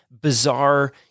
bizarre